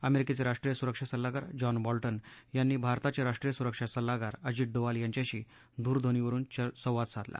अमेरिकेचे राष्ट्रीय सुरक्षा सल्लागार जॉन बॉल्टन यांनी भारताचे राष्ट्रीय सुरक्षा सल्लागार अजीत डोवाल यांच्याशी दूरध्वनीवरून संवाद साधला